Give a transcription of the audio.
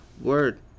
Word